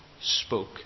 spoke